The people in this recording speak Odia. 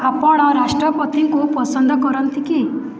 ଆପଣ ରାଷ୍ଟ୍ରପତିଙ୍କୁ ପସନ୍ଦ କରନ୍ତି କି